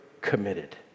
committed